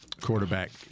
Quarterback